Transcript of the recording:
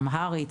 אמהרית,